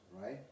right